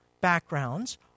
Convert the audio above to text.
backgrounds